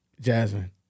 Jasmine